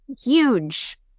huge